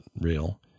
real